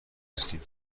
هستیم